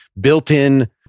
built-in